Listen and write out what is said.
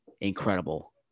incredible